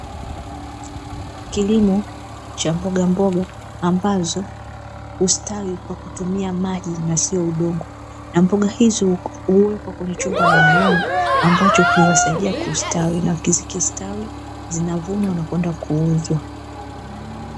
Kilimo cha mbogamboga ambazo hustawi kwa kutumia maji na sio udongo na mboga hizo huwekwa kwenye chupa maalumu, ambacho kinawasaidia kustawi na zikisha stawi zinavunwa na kwenda kuuzwa.